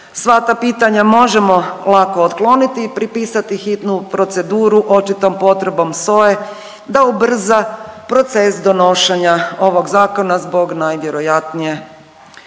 sva ta pitanja možemo lako otkloniti i pripisati hitnu proceduru očitom potrebom SOA-e da ubrza proces donošenja ovog Zakona zbog, najvjerojatnije internih